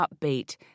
upbeat